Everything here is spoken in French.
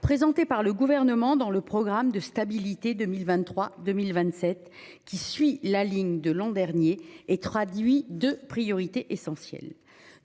présentée par le gouvernement dans le programme de stabilité 2023 2027 qui suit la ligne de l'an dernier et traduit de priorité essentielle,